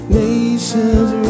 nations